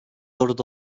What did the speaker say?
orada